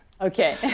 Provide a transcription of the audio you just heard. Okay